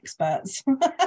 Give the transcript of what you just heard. experts